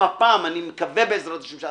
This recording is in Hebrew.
בעזרת השם,